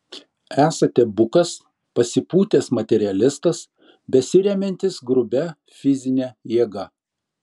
esate bukas pasipūtęs materialistas besiremiantis grubia fizine jėga